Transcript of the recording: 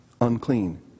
Unclean